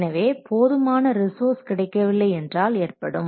எனவே போதுமான ரிசோர்ஸ் கிடைக்கவில்லை என்றால் ஏற்படும்